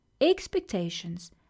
expectations